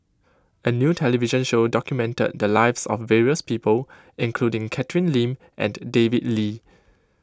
a new television show document the lives of various people including Catherine Lim and David Lee